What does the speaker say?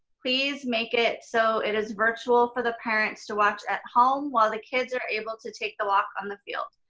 please make it so it is virtual for the parents to watch at home while the kids are able to take the walk on the field.